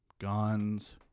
guns